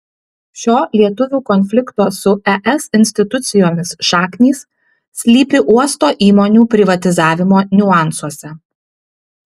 šio lietuvių konflikto su es institucijomis šaknys slypi uosto įmonių privatizavimo niuansuose